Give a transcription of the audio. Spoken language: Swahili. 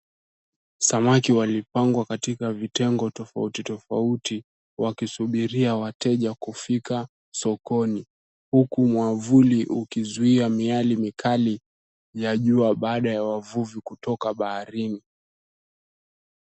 Samaki walipangwa katika vitengo tofauti tofauti wakisubiria wateja kufika sokoni, huku mwavuli ukizuia miale mikali ya jua baada ya wavuvi kutoka baharini.